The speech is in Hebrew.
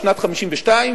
בשנת 1952,